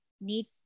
need